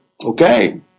okay